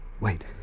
Wait